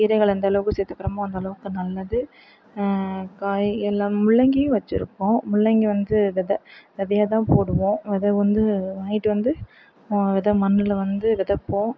கீரைகள் எந்தளவுக்கு சேர்த்துக்கறோமோ அந்தளவுக்கு நல்லது காய் எல்லாம் முள்ளங்கியும் வச்சிருக்கோம் முள்ளங்கி வந்து வெதை விதைய தான் போடுவோம் வெதை வந்து வாங்கிட்டு வந்து வெதை மண்ணில் வந்து வெதைப்போம்